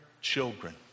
children